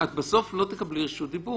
אני מבקש, את בסוף לא תקבלי רשות דיבור